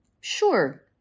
sure